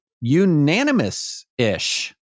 unanimous-ish